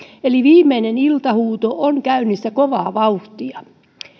eli viimeinen iltahuuto on käynnissä kovaa vauhtia